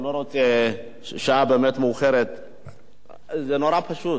אני לא רוצה, השעה מאוד מאוחרת וזה מאוד פשוט.